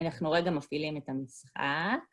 אנחנו רגע מפעילים את המשחק.